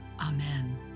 Amen